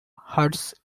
hearts